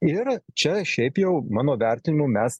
ir čia šiaip jau mano vertinimu mes